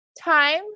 time